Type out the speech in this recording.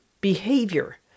behavior